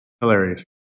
Hilarious